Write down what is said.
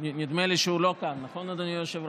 נדמה לי שהוא לא כאן, נכון, אדוני היושב-ראש?